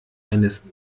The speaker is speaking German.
eines